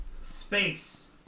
space